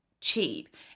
cheap